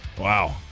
Wow